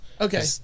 Okay